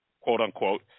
quote-unquote